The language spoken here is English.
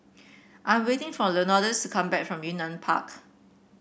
I'm waiting for Leonidas come back from Yunnan Park